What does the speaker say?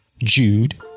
Jude